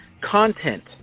content